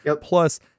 Plus